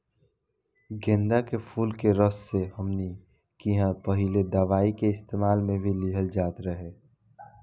गेन्दा के फुल के रस से हमनी किहां पहिले दवाई के इस्तेमाल मे भी लिहल जात रहे